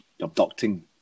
abducting